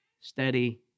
steady